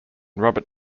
robert